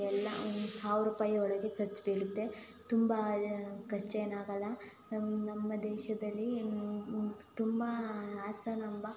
ಎಲ್ಲ ಒಂದು ಸಾವ್ರ ರೂಪಾಯಿ ಒಳಗೆ ಖರ್ಚು ಬೀಳುತ್ತೆ ತುಂಬ ಖರ್ಚು ಏನಾಗಲ್ಲ ನಮ್ಮ ನಮ್ಮ ದೇಶದಲ್ಲಿ ಏನೂ ತುಂಬ ಹಾಸನಾಂಬ